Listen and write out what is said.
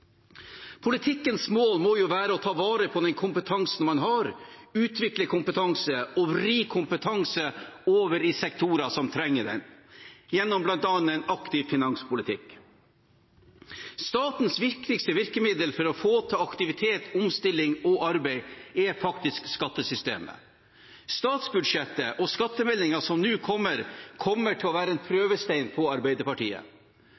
Politikkens mål må jo være å ta vare på den kompetansen man har, utvikle kompetanse og vri kompetanse over i sektorer som trenger den, gjennom bl.a. en aktiv finanspolitikk. Statens viktigste virkemiddel for å få til aktivitet, omstilling og arbeid er faktisk skattesystemet. Statsbudsjettet og skattemeldingen som nå kommer, kommer til å være en prøvestein på Arbeiderpartiet.